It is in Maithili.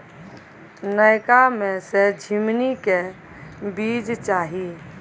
नयका में से झीमनी के बीज चाही?